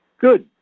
good